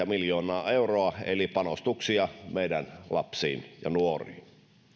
miljoonaa euroa eli panostuksia meidän lapsiin ja nuoriin